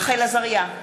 רחל עזריה,